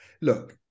look